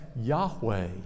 Yahweh